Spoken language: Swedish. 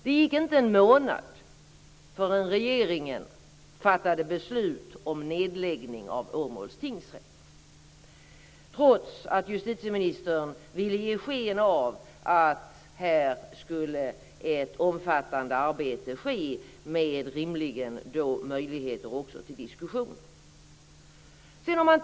Det gick inte en månad förrän regeringen fattade beslut om nedläggning av Åmåls tingsrätt, trots att justitieministern ville ge sken av att det skulle ske ett omfattande arbete här med rimliga möjligheter till diskussioner.